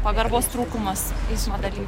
pagarbos trūkumas eismo daly